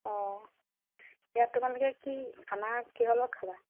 অঁ ইয়াত তোমালোকে কি খানা কিহৰ লগত খাবা